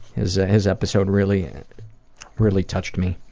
his ah his episode really really touched me.